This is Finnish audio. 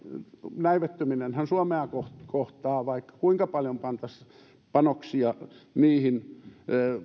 näivettyminenhän suomea kohtaa vaikka kuinka paljon pantaisiin panoksia niihin